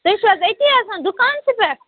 تُہۍ چھِو حظ أتی آسان دُکانسٕے پٮ۪ٹھ